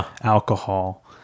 alcohol